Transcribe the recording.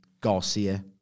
Garcia